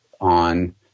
on